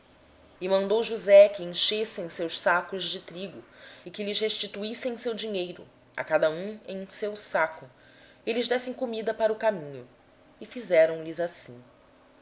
então ordenou josé que lhes enchessem de trigo os sacos que lhes restituíssem o dinheiro a cada um no seu saco e lhes dessem provisões para o caminho e assim